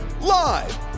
Live